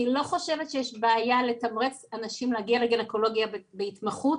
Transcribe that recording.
אני לא חושבת שיש בעיה לתמרץ אנשים להגיע לגניקולוגיה בהתמחות,